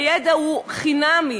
הידע הוא חינמי.